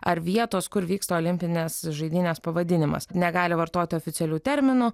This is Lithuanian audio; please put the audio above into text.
ar vietos kur vyks olimpinės žaidynės pavadinimas negali vartoti oficialių terminų